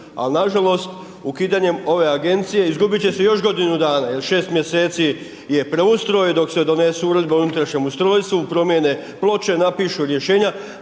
Ali, na žalost, ukidanjem ove Agencije, izgubiti će se još godinu dana, jel 6 mjeseci je preustroj, dok se donese Uredba o unutrašnjem ustrojstvu, promijene ploče, napišu rješenja,